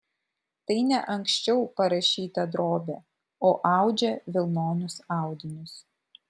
tai ne anksčiau parašyta drobė o audžia vilnonius audinius